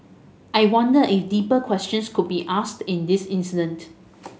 I wonder if deeper questions could be asked in this incident